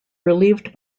relieved